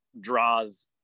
draws